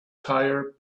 tire